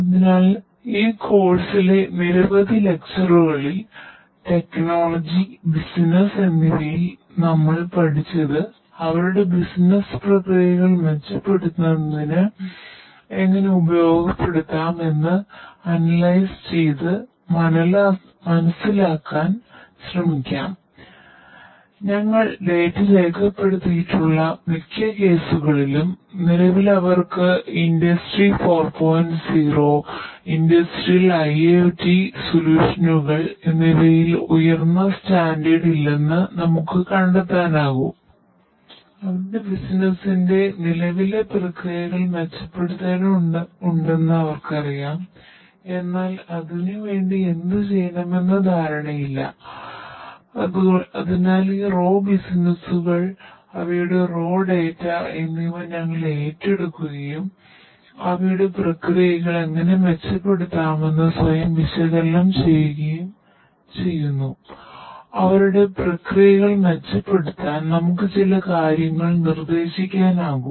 അതിനാൽ ഈ കോഴ്സിലെ നിരവധി ലെക്ചറുകളിൽ ഇല്ലെന്ന് നമുക്ക് കണ്ടെത്താനാകും